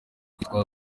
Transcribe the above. kwitwa